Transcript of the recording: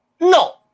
no